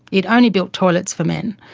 it only built toilets for men.